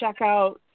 checkout